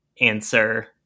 answer